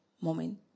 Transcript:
moment